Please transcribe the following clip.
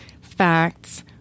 facts